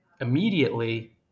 immediately